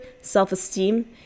self-esteem